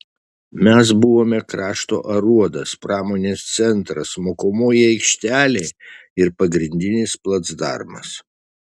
mes buvome krašto aruodas pramonės centras mokomoji aikštelė ir pagrindinis placdarmas